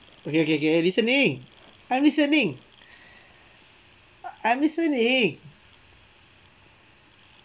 okay okay okay I listening I'm listening I'm listening